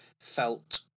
felt